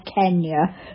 Kenya